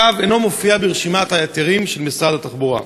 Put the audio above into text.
הקו אינו ברשימת ההיתרים של משרד התחבורה.